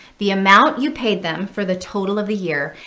the amount you paid them for the total of the year,